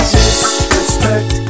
Disrespect